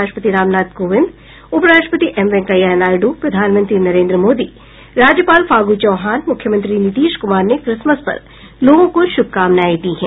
राष्ट्रपति रामनाथ कोविंद उपराष्ट्रपति एम वेंकैया नायडू प्रधानमंत्री नरेन्द्र मोदी राज्यपाल फागू चौहान मुख्यमंत्री नीतीश कुमार ने क्रिसमस पर लोगों को शुभकामनाएं दी हैं